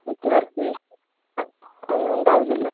network fees ഒന്നും ഉണ്ടാവില്ലല്ലോ